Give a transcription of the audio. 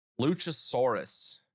Luchasaurus